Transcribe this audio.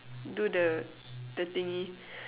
do the the thingy